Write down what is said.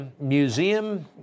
museum